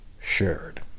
shared